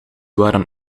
waren